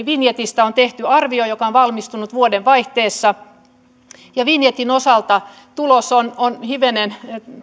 vinjetistä on tehty arvio joka on valmistunut vuodenvaihteessa ja vinjetin osalta tulos on on hivenen